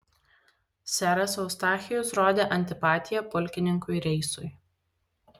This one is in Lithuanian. seras eustachijus rodė antipatiją pulkininkui reisui